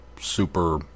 super